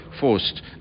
forced